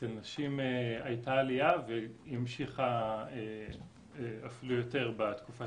אצל נשים הייתה עלייה והיא המשיכה אפילו יותר בתקופה